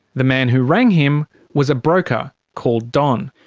the man who rang him was a broker, called don.